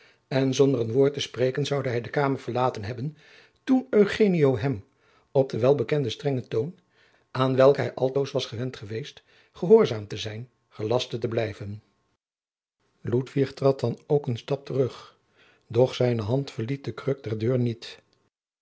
en zonder een woord te spreken zoude hij de kamer verlaten hebben toen eugenio hem op den welbekenden strengen toon aan welken hij altoos was gewend geweest gehoorzaam te zijn gelastte te blijven ludwig trad dan ook een stap terug doch zijne hand verliet de kruk der deur niet